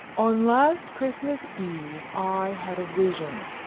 on last christmas eve i had a vision,